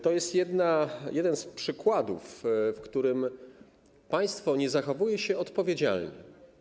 To jest jeden z przykładów, w których państwo nie zachowuje się odpowiedzialnie.